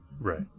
right